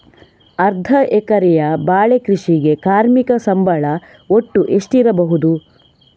ಅರ್ಧ ಎಕರೆಯ ಬಾಳೆ ಕೃಷಿಗೆ ಕಾರ್ಮಿಕ ಸಂಬಳ ಒಟ್ಟು ಎಷ್ಟಿರಬಹುದು?